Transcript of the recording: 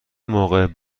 موقع